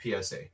psa